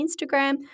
Instagram